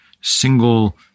single